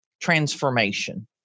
transformation